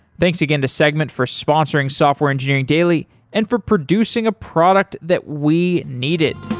thanks again to segment for sponsoring software engineering daily and for producing a product that we needed